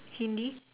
Hindi